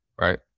right